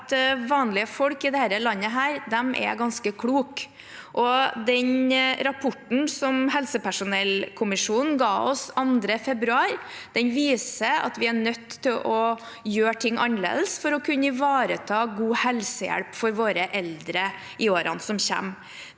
at vanlige folk i dette landet er ganske kloke. Den rapporten som helsepersonellkommisjonen ga oss 2. februar, viser at vi er nødt til å gjøre ting annerledes for å kunne ivareta god helsehjelp for våre eldre i årene som kommer.